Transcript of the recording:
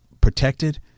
protected